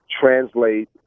translate